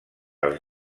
els